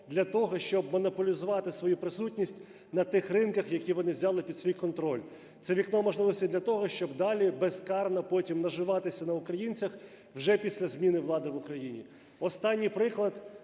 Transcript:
для того щоб монополізувати свою присутність на тих ринках, які вони взяли під свій контроль. Це вікно можливостей для того, щоб далі безкарно потім наживатися на українцях, вже після зміни влади в Україні. Останній приклад.